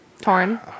Torn